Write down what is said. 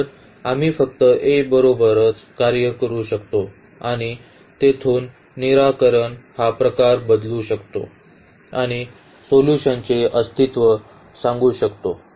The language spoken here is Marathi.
तर आम्ही फक्त A बरोबरच कार्य करू शकतो आणि तेथून निराकरण हा प्रकार बदलू शकतो आणि सोल्यूशनचे अस्तित्व सांगू शकतो